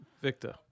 Victor